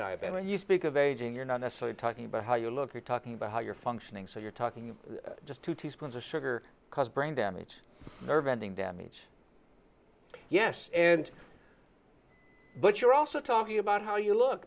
diabetic you speak of aging you're not necessarily talking about how you look you're talking about how you're functioning so you're talking just two teaspoons of sugar cause brain damage nerve ending damage yes and but you're also talking about how you look